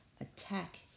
attack